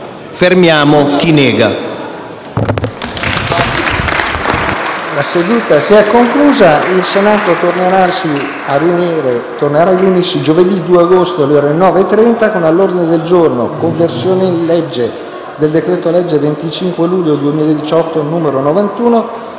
fermiamo chi nega.